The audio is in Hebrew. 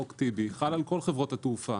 חוק פיבי חל על כל חברות התעופה.